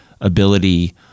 ability